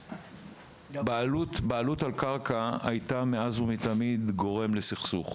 בעלות על קרקע הייתה גורם לסכסוך מאז ומתמיד,